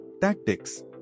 Tactics